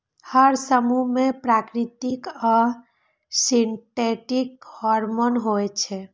हर समूह मे प्राकृतिक आ सिंथेटिक हार्मोन होइ छै